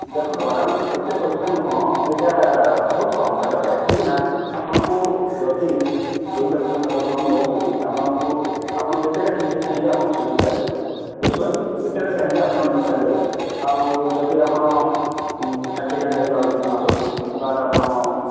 ଦେଖନ୍ତୁ ମ୍ୟାଡ଼ାମ୍ ଏତେ ପଇସା ନୁହଁ ଏଇଟା ବହୁତ କମ୍ କହିବାକୁ ଗଲେ କାହିଁକିନା ଆପଣଙ୍କୁ ଯଦି ଦୁଇ ଲକ୍ଷ ଲୋନ୍ ନେଉଛନ୍ତି ଆପଣଙ୍କୁ ଆପଣ ଯେତେଟା କିସ୍ତି ଚାହିଁବେ ଆପଣ ସୁଝି ପାରିବେ ବୁଝିପାରିଲେ ଯେତେଟା ଚାହିଁବେ ଆପଣ ନେଇପାରିବେ ଆଉ ଯଦି ଆପଣ ଷାଠିଏଟା ନେଇପାରନ୍ତି ମାସକୁ ବା ଆପଣ